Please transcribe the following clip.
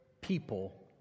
people